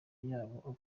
yabo